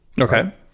Okay